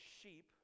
sheep